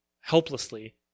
helplessly